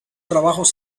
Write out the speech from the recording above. trabajo